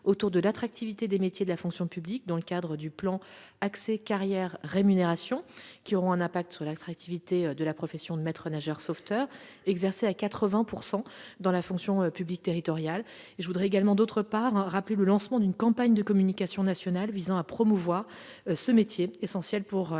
autour de l'attractivité des métiers de la fonction publique, dans le cadre du plan Accès, carrières et rémunérations, auront des effets sur l'attractivité de la profession de maître-nageur sauveteur, exercée à 80 % dans la fonction publique territoriale. En outre, je tiens à évoquer le lancement d'une campagne de communication nationale afin de promouvoir ce métier essentiel pour l'apprentissage